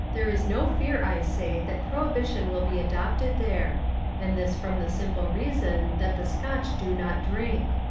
there is no fear, i say, that prohibition will be adopted there and this from the simple reason that the scotch do not drink.